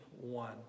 One